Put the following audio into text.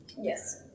Yes